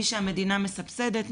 מי שהמדינה מסבסדת,